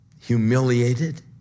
Humiliated